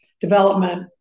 development